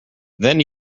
then